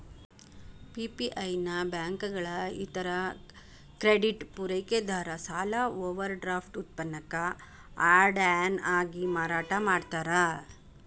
PPI ನ ಬ್ಯಾಂಕುಗಳ ಇತರ ಕ್ರೆಡಿಟ್ ಪೂರೈಕೆದಾರ ಸಾಲ ಓವರ್ಡ್ರಾಫ್ಟ್ ಉತ್ಪನ್ನಕ್ಕ ಆಡ್ ಆನ್ ಆಗಿ ಮಾರಾಟ ಮಾಡ್ತಾರ